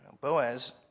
Boaz